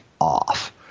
off